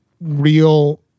real